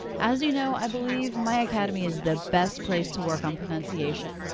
as you know i believe my academy is the best place to work on pronunciation.